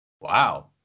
Wow